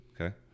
okay